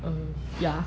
err ya